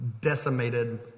decimated